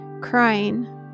crying